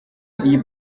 iyi